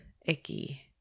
icky